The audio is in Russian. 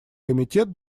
комитет